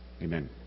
Amen